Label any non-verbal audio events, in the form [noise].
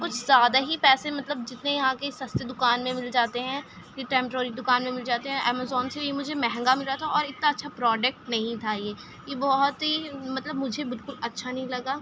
کچھ زیادہ ہی پیسے مطلب جتنے یہاں کے سستے دکان میں مل جاتے ہیں [unintelligible] دکان میں مل جاتے ہیں امیزون سے یہ مجھے مہنگا ملا تھا اور اتنا اچھا پروڈکٹ نہیں تھا یہ یہ بہت ہی مطلب مجھے بالکل اچّھا نہیں لگا